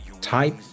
Type